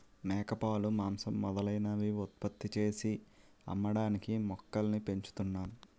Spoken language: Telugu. మేకపాలు, మాంసం మొదలైనవి ఉత్పత్తి చేసి అమ్మడానికి మేకల్ని పెంచుతున్నాం